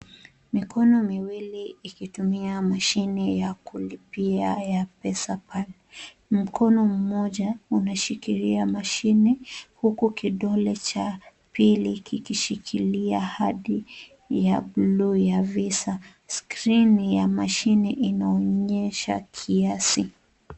Mikono miwili ikitumia mashine ya kulipia ya Pesapan. Mkono mmoja unashikilia mashini huku kidole cha pili kikishikilia kadi ya bluu ya visa. Skrini ya mashini inaonyesha kiasi.